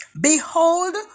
Behold